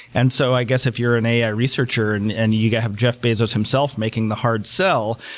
and so i guess if you're an ai researcher, and and you have jeff bazos himself making the hard sell,